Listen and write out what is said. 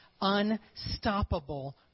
unstoppable